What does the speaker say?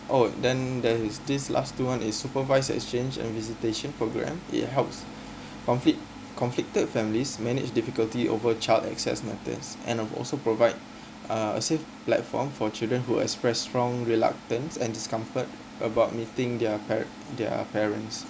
oh then there's this last two one is supervise exchange and visitation program it helps conflict conflicted families manage difficulty over charge access matters and we also provide uh a safe platform for children who express wrong reluctant and discomfort about meeting their parent their parents